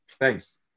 thanks